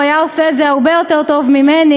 הוא היה עושה את זה הרבה יותר טוב ממני,